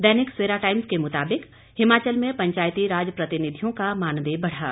दैनिक Savera times के मुताबिक हिमाचल में पंचायती राज प्रतिनिधियों का मानदेय बढ़ा